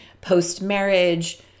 post-marriage